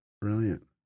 brilliant